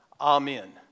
Amen